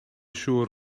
siŵr